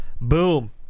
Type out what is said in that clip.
Boom